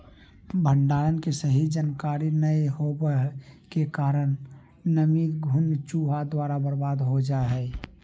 भंडारण के सही जानकारी नैय होबो के कारण नमी, घुन, चूहा द्वारा बर्बाद हो जा हइ